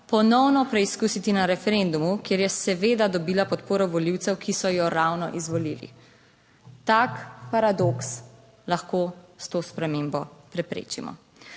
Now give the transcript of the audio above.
ponovno preizkusiti na referendumu, kjer je seveda dobila podporo volivcev, ki so jo ravno izvolili. Tak paradoks lahko s to spremembo preprečimo.